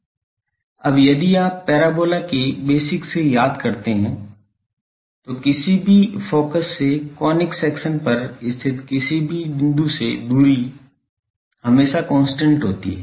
अब यदि आप पैराबोला के बेसिक से याद करते हैं किसी भी फ़ोकस से कोनिक सेक्शन पर स्थित किसी भी बिंदु से दूरी हमेशा कांस्टेंट होती है